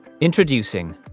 Introducing